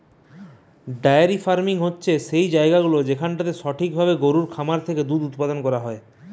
diary farming হতিছে সেই জায়গাগুলা যেখানটাতে সঠিক ভাবে গরুর খামার থেকে দুধ উপাদান করা হয়